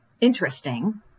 interesting